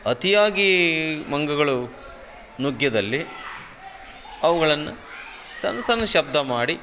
ಅತಿಯಾಗಿ ಮಂಗಗಳು ನುಗ್ಗಿದಲ್ಲಿ ಅವುಗಳನ್ನು ಸಣ್ ಸಣ್ ಶಬ್ದ ಮಾಡಿ